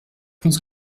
pense